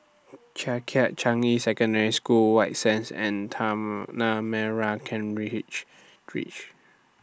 Changkat Changi Secondary School White Sands and Tanah Merah Ken Ridge Ridge